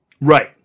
Right